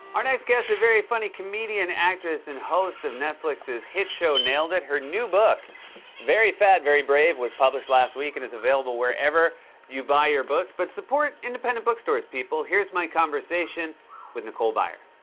our next guest is very funny comedian, actress, and host of netflix's hit show nailed it! her new book very fat, very brave was published last week and is available wherever you buy your books, but support independent bookstores, people. here's my conversation with nicole byer.